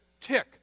tick